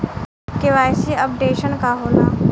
KYC updation का होला?